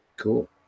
Cool